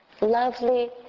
lovely